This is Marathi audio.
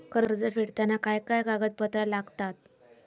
कर्ज फेडताना काय काय कागदपत्रा लागतात?